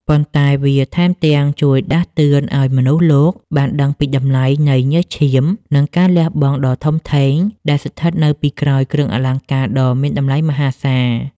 ប៉ុន្តែវាថែមទាំងជួយដាស់តឿនឱ្យមនុស្សលោកបានដឹងពីតម្លៃនៃញើសឈាម និងការលះបង់ដ៏ធំធេងដែលស្ថិតនៅពីក្រោយគ្រឿងអលង្ការដ៏មានតម្លៃមហាសាល។